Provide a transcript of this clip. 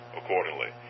accordingly